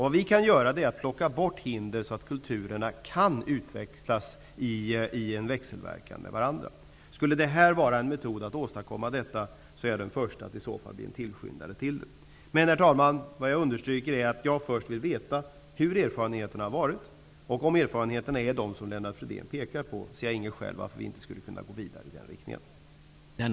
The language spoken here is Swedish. Vad vi kan göra är att plocka bort hinder så att kulturerna kan utväxlas i en växelverkan med varandra. Om detta skulle vara en metod för att åstadkomma denna växelverkan är jag den förste att bli en tillskyndare till den. Herr talman! Jag understryker bara att jag först vill veta vilka erfarenheterna har varit. Om erfarenheterna är dem som Lennart Fridén pekar på ser jag inga skäl till varför vi inte skulle kunna gå vidare i den riktningen.